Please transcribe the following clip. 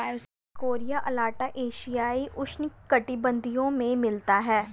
Dioscorea alata एशियाई उष्णकटिबंधीय में मिलता है